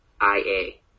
i-a